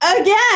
again